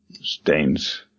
stains